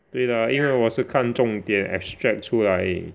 对 lah 因为我是看重点 extract 出来而已